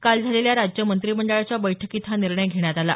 काल झालेल्या राज्य मंत्रिमंडळाच्या बैठकीत हा निर्णय घेण्यात आला